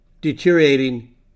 deteriorating